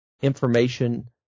information